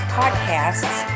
podcasts